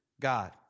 God